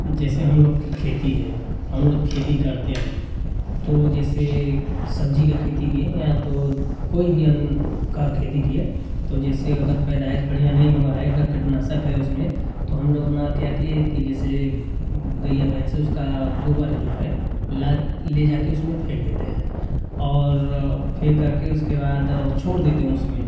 जैसे हम लोग की खेती है हम लोग खेती करते हैं तो जैसे सब्ज़ी का खेती किए या तो कोई भी अन्न का खेती किए तो जैसे अगर पैदाइश बढ़िया नहीं हुआ है यह एक कीटनाशक है उसमें तो हम लोग अपना क्या किए की जैसे गैया भैंस उसका गोबर जो है ला ले जाकर उसमे फेंक देते हैं और फेंक करके उसके बाद छोड़ देते है उसमें